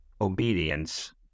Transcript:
obedience